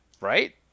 Right